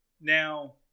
Now